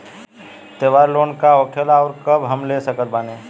त्योहार लोन का होखेला आउर कब हम ले सकत बानी?